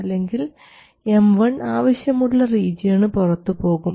അല്ലെങ്കിൽ M1 ആവശ്യമുള്ള റീജിയന് പുറത്തുപോകും